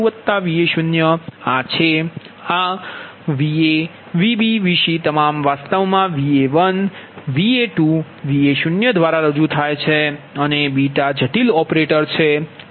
આ Va Vb Vc તમામ વાસ્તવમાં Va1Va2Va0 દ્વારા રજૂ થાય છે અને જટિલ ઓપરેટર છે